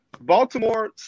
Baltimore